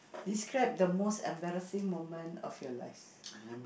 describe the most embarrassing moment of your life